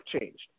changed